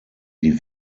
die